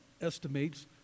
estimates